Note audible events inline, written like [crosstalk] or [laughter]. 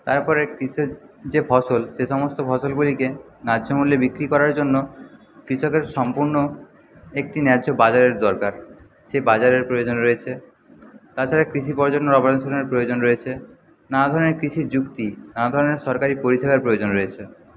তারপরে কৃষির যে ফসল সে সমস্ত ফসলগুলিকে ন্যায্য মূল্যে বিক্রি করার জন্য কৃষকের সম্পূর্ণ একটি ন্যায্য বাজারের দরকার সে বাজারের প্রয়োজন রয়েছে তাছাড়া কৃষি প্রজনন [unintelligible] প্রয়োজন রয়েছে নানা ধরনের কৃষি যুক্তি নানা ধরনের সরকারি পরিষেবার প্রয়োজন রয়েছে